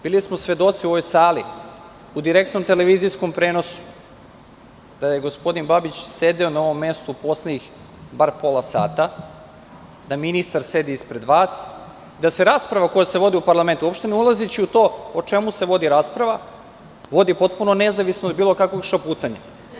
Bili smo svedoci u ovoj sali, u direktnom televizijskom prenosu, da je gospodin Babić sedeo na ovom mestu poslednjih bar pola sata, da ministar sedi ispred vas, da se rasprava koja se vodi u parlamentu, uopšte ne ulazeći u to o čemu se vodi rasprava, vodi potpuno nezavisno od bilo kakvog šaputanja.